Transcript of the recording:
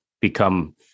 become –